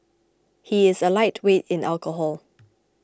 he is a lightweight in alcohol